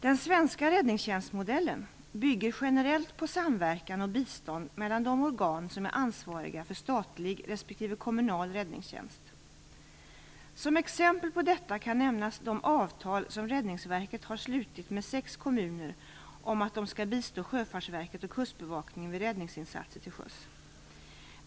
Den svenska räddningstjänstmodellen bygger generellt på samverkan och bistånd mellan de organ som är ansvariga för statlig respektive kommunal räddningstjänst. Som exempel på detta kan nämnas de avtal som Räddningsverket har slutit med sex kommuner om att de skall bistå Sjöfartsverket och Kustbevakningen vid räddningsinsatser till sjöss.